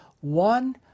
one